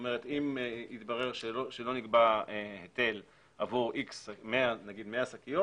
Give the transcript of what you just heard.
אם יתברר שלא נגבה היטל עבור 100 שקיות